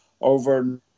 over